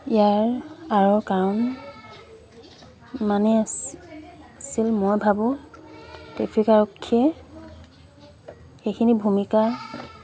ইয়াৰ আঁৰৰ কাৰণ ইমানেই আছিল মই ভাবোঁ ট্ৰেফিক আৰক্ষীয়ে সেইখিনি ভূমিকা